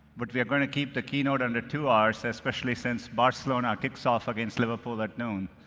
but we are going to keep the keynote under two hours, especially since barcelona kicks off against liverpool at noon.